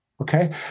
okay